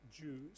Jews